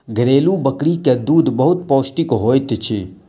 घरेलु बकरी के दूध बहुत पौष्टिक होइत अछि